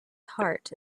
heart